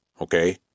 okay